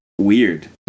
Weird